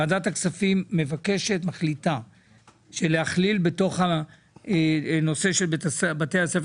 ועדת הכספים מבקשת ודורשת שהנושא של בתי הספר